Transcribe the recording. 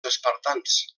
espartans